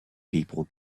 people